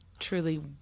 Truly